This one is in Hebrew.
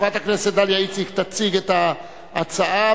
רבותי, תודה רבה.